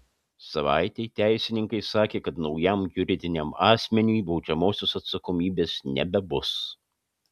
savaitei teisininkai sakė kad naujam juridiniam asmeniui baudžiamosios atsakomybės nebebus